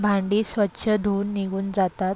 भांडी स्वच्छ धुऊन निघून जातात